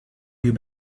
you